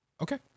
Okay